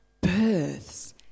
births